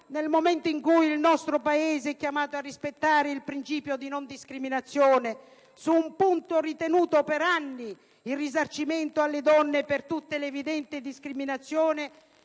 nel momento in cui il nostro Paese è chiamato a rispettare il principio di non discriminazione, su un punto ritenuto per anni il risarcimento delle donne per tutte le evidenti discriminazioni,